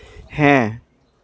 ᱦᱮᱸ